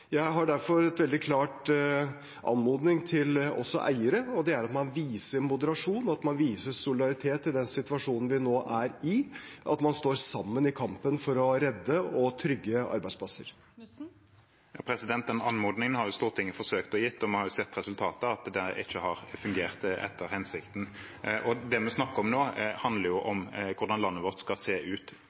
Jeg har derfor en veldig klar anmodning til eiere, og det er at man viser moderasjon, og at man viser solidaritet i den situasjonen vi nå er i – at man står sammen i kampen for å redde og trygge arbeidsplasser. Det blir oppfølgingsspørsmål – først Eigil Knutsen. En anmodning har Stortinget forsøkt å gi, og vi har jo sett resultatet – at det ikke har fungert etter hensikten. Det vi snakker om nå, handler om hvordan landet vårt skal se ut